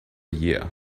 year